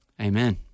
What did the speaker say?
Amen